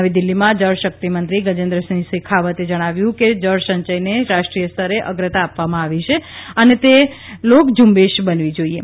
નવી દીલ્હીમાં જળશક્તિમંત્રી ગજેન્દ્રસિંહ શેખાવતે જણાવ્યું કે જળસંચયને રાષ્ટ્રીય સ્તરે અશ્રતા આપવામાં આવી છે અને તે લોકસંબેશ બનવી જોઇએ